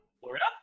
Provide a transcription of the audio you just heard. Florida